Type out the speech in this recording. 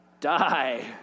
die